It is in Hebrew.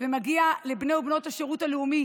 ומגיע גם לבני ובנות השירות הלאומי